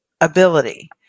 ability